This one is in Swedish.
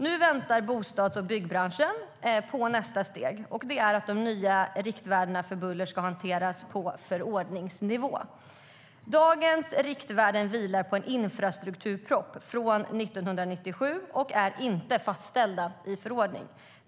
Nu väntar bostads och byggbranschen på nästa steg, och det är att de nya riktvärdena för buller ska hanteras på förordningsnivå. Dagens riktvärden vilar på en infrastrukturproposition från 1997 och är inte fastställda i förordning.